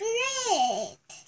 Great